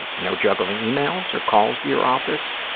and no juggling e-mails or calls to your office.